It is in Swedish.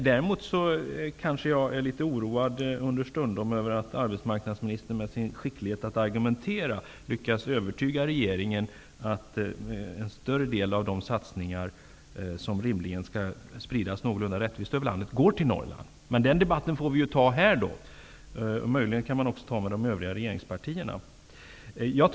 Däremot är jag understundom litet oroad över att arbetsmarknadsministern med sin skicklighet att argumentera lyckas övertyga regeringen att en större del av de satsningar som rimligen skall spridas rättvist över landet går till Norrland. Den debatten får vi i så fall ta här, och den kan möjligen också föras med de övriga regeringspartierna.